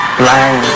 blind